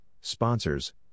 sponsors